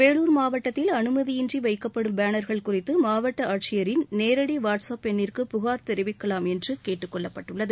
வேலூர் மாவட்டத்தில் அனுமதியின்றி வைக்கப்படும் பேனர்கள் குறித்து மாவட்ட ஆட்சியரின் நேரடி வாட்ஸ் அப் எண்ணிற்கு புகார் தெரிவிக்கலாம் என்று கேட்டுக்கொள்ளப்பட்டுள்ளது